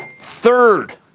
Third